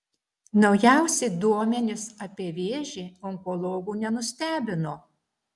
naujausi duomenys apie vėžį onkologų nenustebino